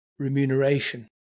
Remuneration